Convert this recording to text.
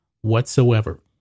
whatsoever